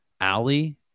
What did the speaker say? Ali